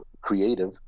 creative